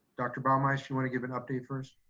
dr. bauermeister, you wanna give an update first?